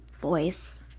voice